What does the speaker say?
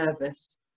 nervous